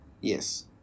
Yes